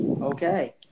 okay